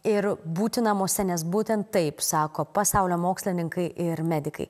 ir būti namuose nes būtent taip sako pasaulio mokslininkai ir medikai